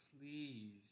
please